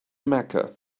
mecca